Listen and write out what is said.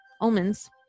omens